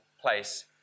place